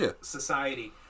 society